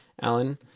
Alan